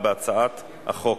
הצעת החוק